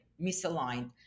misaligned